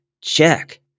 check